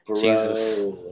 Jesus